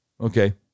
Okay